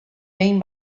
behin